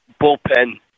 bullpen